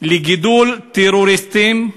לגידול טרוריסטים,